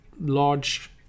large